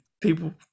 People